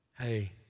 Hey